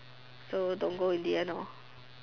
so don't go in the end lor